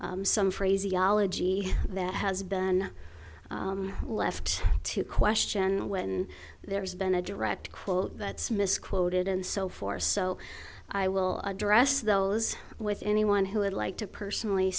as some phrase eola gee that has been left to question when there's been a direct quote that's misquoted and so forth so i will address those with anyone who would like to personally